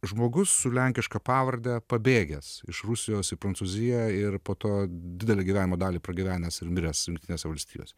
žmogus su lenkiška pavarde pabėgęs iš rusijos į prancūziją ir po to didelę gyvenimo dalį pragyvenęs ir miręs jungtinėse valstijose